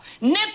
nip